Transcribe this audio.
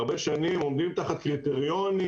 הרבה שנים עומדים תחת קריטריונים,